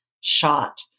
shot